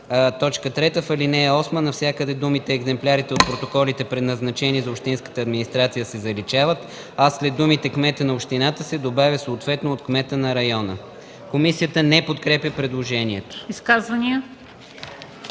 3. В ал. 8 навсякъде думите „екземплярите от протоколите, предназначени за общинската администрация” се заличават, а след думите „кмета на общината” се добавя „съответно от кмета на района”.” Комисията не подкрепя предложението.